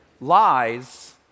lies